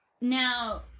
Now